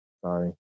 Sorry